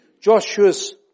Joshua's